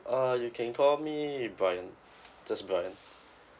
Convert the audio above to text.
uh you can call me brian just brian